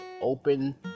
open